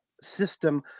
system